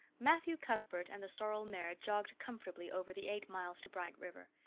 matthew cuthbert and the sorrel mare jogged comfortably over the eight miles to bright river.